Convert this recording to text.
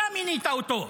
אתה מינית אותו.